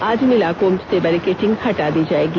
आज इन इलाकों से बेरिकेडिंग हटा दी जाएगी